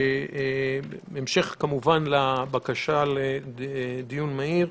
כמובן, לבקשה לדיון מהיר,